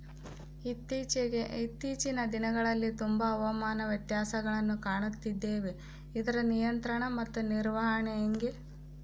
ಇತ್ತೇಚಿನ ದಿನಗಳಲ್ಲಿ ತುಂಬಾ ಹವಾಮಾನ ವ್ಯತ್ಯಾಸಗಳನ್ನು ಕಾಣುತ್ತಿದ್ದೇವೆ ಇದರ ನಿಯಂತ್ರಣ ಮತ್ತು ನಿರ್ವಹಣೆ ಹೆಂಗೆ?